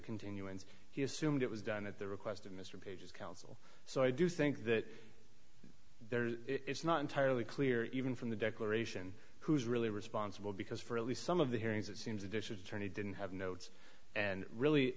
continuance he assumed it was done at the request of mr page's counsel so i do think that there is it's not entirely clear even from the declaration who's really responsible because for at least some of the hearings it seems the dishes attorney didn't have notes and really